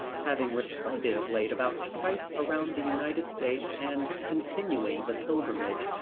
having recited of late about twice around the united states and, continuing the pilgrimage,